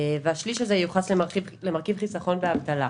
והשליש הזה ייוחס למרכיב חיסכון באבטלה.